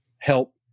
Help